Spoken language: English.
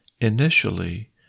initially